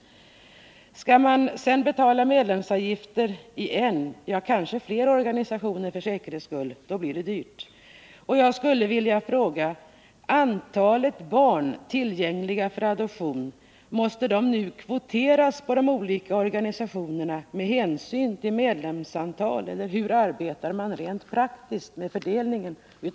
Skall man sedan betala medlemsavgifter i en, kanske flera organisationer för säkerhets skull blir det dyrt.